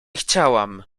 chciałam